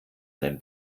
einen